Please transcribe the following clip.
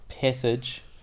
passage